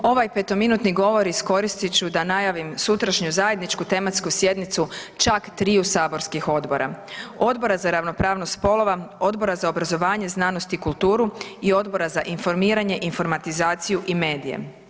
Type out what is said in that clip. Ovaj petominutni govor iskoristit ću da najavim sutrašnju zajedničku tematsku sjednicu čak triju saborskih odbora, Odbora za ravnopravnost spolova, Odbora za obrazovanje, znanost i kulturu i Odbora za informiranje, informatizaciju i medije.